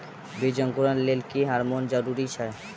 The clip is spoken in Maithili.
बीज अंकुरण लेल केँ हार्मोन जरूरी छै?